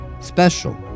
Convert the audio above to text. special